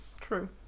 True